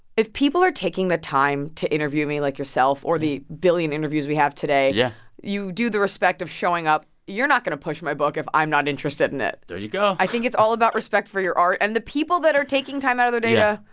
if people are taking the time to interview me, like yourself or the billion interviews we have today, yeah you do the respect of showing up. you're not going to push my book if i'm not interested in it there you go i think it's all about respect for your art and the people that are taking time out of their day yeah